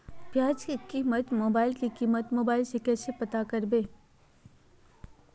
प्याज की कीमत मोबाइल में कैसे पता करबै?